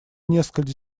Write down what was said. несколько